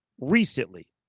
recently